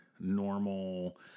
normal